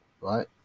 right